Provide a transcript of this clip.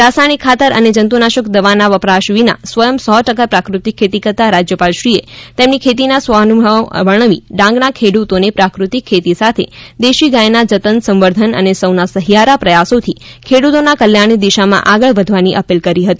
રાસાયણિક ખાતર અને જંતુનાશક દવાના વપરાશ વિના સ્વયં સો ટકા પ્રાકૃતિક ખેતી કરતા રાજ્યપાલશ્રીએ તેમની ખેતીના સ્વાનુભાવો વર્ણવી ડાંગના ખેડૂતોને પ્રાકૃતિક ખેતી સાથે દેશી ગાયના જતન સંવર્ધન સાથે સૌના સહિયારા પ્રયાસોથી ખેડૂતોના કલ્યાણની દિશામાં આગળ વધવાની અપીલ કરી હતી